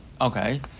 Okay